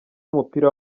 w’umupira